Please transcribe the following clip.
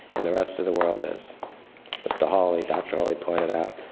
in the rest of the world, as mr. holly dr. holly pointed out,